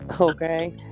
Okay